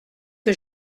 que